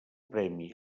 premi